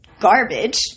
garbage